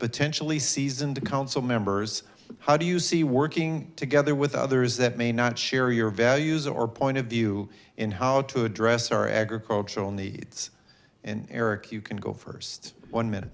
potentially seasoned council members how do you see working together with others that may not share your values or point of view in how to address our agricultural needs and eric you can go first one minute